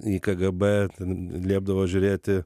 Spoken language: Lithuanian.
į kgb bet ten liepdavo žiūrėti